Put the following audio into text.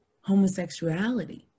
homosexuality